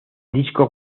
disco